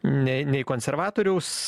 nei nei konservatoriaus